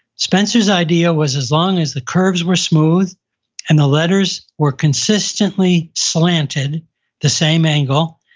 spencer's idea was as long as the curves were smooth and the letters were consistently slanted the same angle,